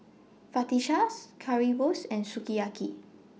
Fajitas Currywurst and Sukiyaki